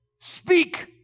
Speak